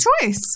choice